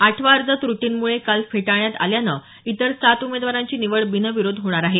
आठवा अर्ज त्र्टींमुळे काल फेटाळण्यात आल्यानं इतर सात उमेदवारांची निवड बिनविरोध होणार आहे